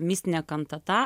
mistinė kantata